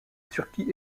turquie